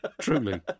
Truly